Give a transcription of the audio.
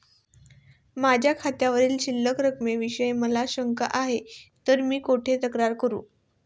माझ्या खात्यावरील शिल्लक रकमेविषयी मला शंका आहे तर मी कुठे तक्रार करू?